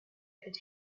could